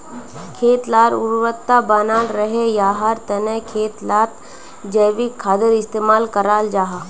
खेत लार उर्वरता बनाल रहे, याहार तने खेत लात जैविक खादेर इस्तेमाल कराल जाहा